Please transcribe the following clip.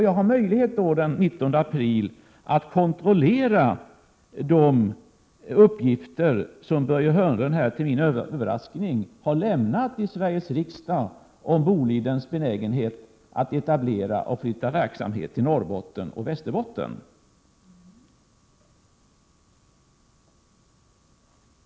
Jag har den 19 april möjlighet att kontrollera de uppgifter som Börje Hörnlund till min överraskning har lämnat här i Sveriges riksdag om Bolidens benägenhet att etablera och flytta verksamhet till Norrbotten och Västerbotten.